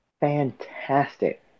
fantastic